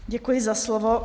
Děkuji za slovo.